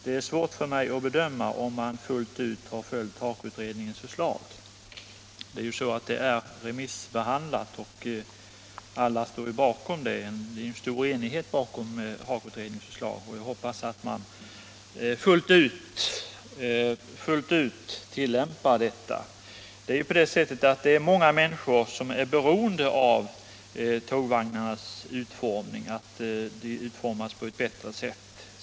Det är svårt för mig att bedöma om man helt har följt HAKO-utredningens förslag. Detta är ju remissbehandlat. Så gott som alla instanser står bakom HAKO-utredningens förslag, och jag hoppas att man fullt ut tillämpar det. Många människor är beroende av att tågvagnarna får en bättre utformning.